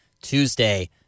Tuesday